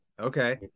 Okay